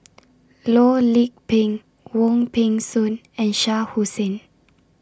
Loh Lik Peng Wong Peng Soon and Shah Hussain